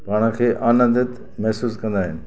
पाण खे आनंदित महसूस कंदा आहिनि